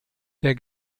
der